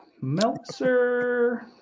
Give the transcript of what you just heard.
Meltzer